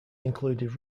included